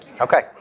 Okay